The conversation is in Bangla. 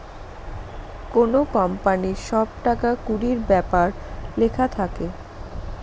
কোনো কোম্পানির সব টাকা কুড়ির ব্যাপার লেখা থাকে